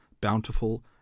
bountiful